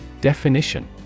Definition